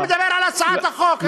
אני מדבר על הצעת החוק.